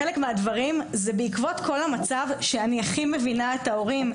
חלק מהדברים זה בעקבות כל המצב שאני הכי מבינה את ההורים.